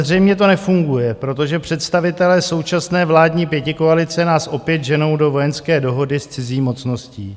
Zřejmě to ale nefunguje, protože představitelé současné vládní pětikoalice nás opět ženou do vojenské dohody s cizí mocností.